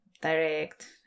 direct